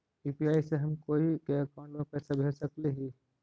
UPI से हम कोई के अकाउंट में पैसा भेज सकली ही?